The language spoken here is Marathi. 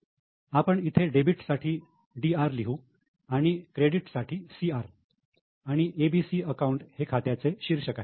आपण इथे डेबिट साठी डी आर लिहू आणि क्रेडिट साठी सी आर आणि एबीसी अकाउंट हे खात्याचे शीर्षक आहे